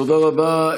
תודה רבה.